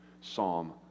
Psalm